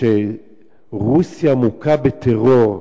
כשרוסיה מוכה בטרור,